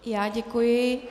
I já děkuji.